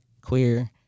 queer—